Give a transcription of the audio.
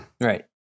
Right